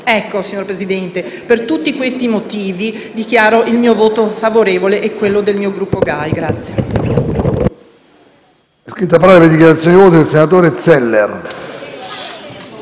Signor Presidente, per tutti questi motivi, dichiaro il mio voto favorevole e quello del mio Gruppo Grandi